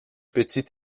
petits